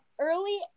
early